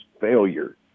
failure